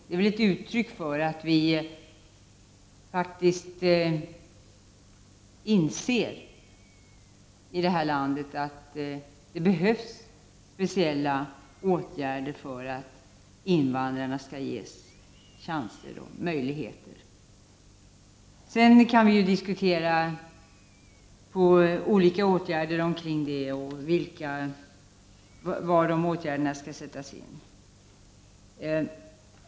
Det är väl ett uttryck för att vi faktiskt inser i det här landet att det behövs speciella åtgärder för att invandrarna skall få chanser och möjligheter. Sedan kan vi diskutera olika åtgärder och var dessa åtgärder skall sättas in.